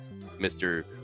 Mr